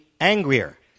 angrier